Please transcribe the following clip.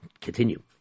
Continue